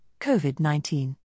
COVID-19